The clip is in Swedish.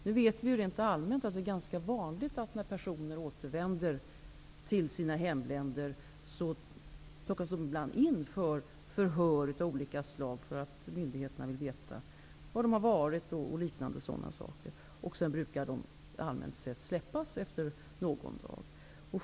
Nu vet vi rent allmänt att det är ganska vanligt att personer som återvänder till sina hemländer ibland plockas in för förhör av olika slag. Myndigheterna vill veta var de har varit och liknande saker. Sedan brukar dessa personer i allmänhet släppas efter någon dag.